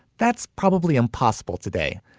that's probably impossible today.